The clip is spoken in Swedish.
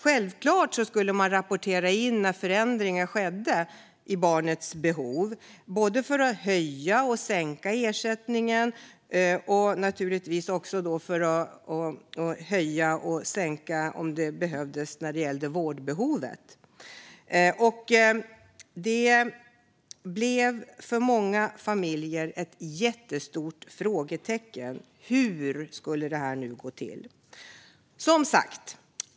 Självklart skulle man rapportera när förändringar skedde i barnets behov, både för att kunna höja och för att kunna sänka ersättningen. Det handlade förstås också om förändringar i vårdbehovet. Det nya systemet blev för många familjer ett jättestort frågetecken: Hur skulle det här nu gå till?